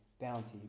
bounty